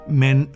men